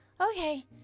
Okay